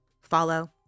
follow